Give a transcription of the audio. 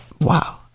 wow